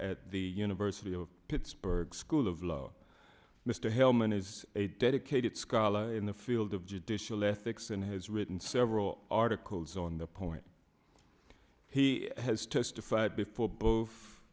at the university of pittsburgh school of law mr hellman is a dedicated scholar in the field of judicial ethics and has written several articles on the point he has testified before both